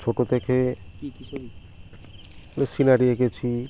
ছোটো থেকে সিনারি এঁকেছি